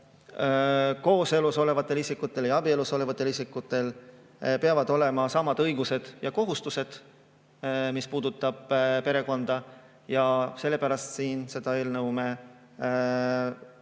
kooselus olevatel isikutel ja abielus olevatel isikutel peavad olema samad õigused ja kohustused, mis puudutab perekonda. Sellepärast me selle eelnõu esitame.